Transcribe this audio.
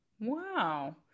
Wow